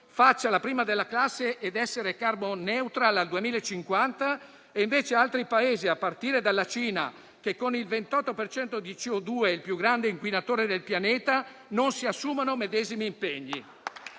faccia la prima della classe ed essere *carbon neutral* al 2050 e che altri Paesi (a partire dalla Cina che, con il 28 per cento di CO2 è il più grande inquinatore del pianeta) non si assumano i medesimi impegni.